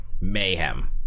mayhem